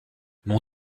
mon